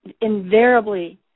Invariably